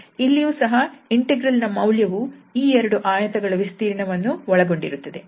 ಇಲ್ಲಿಯೂ ಸಹ ಇಂಟೆಗ್ರಲ್ ನ ಮೌಲ್ಯವು ಈ ಎರಡು ಆಯತಗಳ ವಿಸ್ತೀರ್ಣವನ್ನು ಒಳಗೊಂಡಿರುತ್ತದೆ